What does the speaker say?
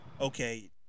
okay